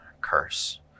curse